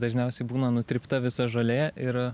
dažniausiai būna nutrypta visa žolė ir